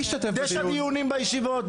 תשע דיונים בישיבות.